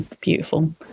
Beautiful